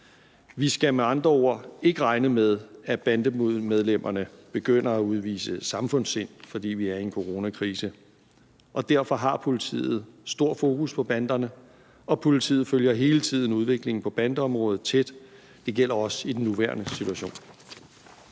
Vi skal med andre ord ikke regne med, at bandemedlemmerne begynder at udvise samfundssind, fordi vi er i en coronakrise. Derfor har politiet stor fokus på banderne, og politiet følger hele tiden udviklingen på bandeområdet tæt. Det gælder også i den nuværende situation.